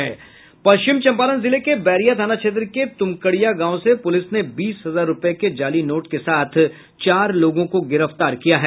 पश्चिम चंपारण जिले के बैरिया थाना क्षेत्र के त्रमकड़िया गांव से पूलिस ने बीस हजार रूपये के जाली नोट के साथ चार लोगों को गिरफ्तार किया है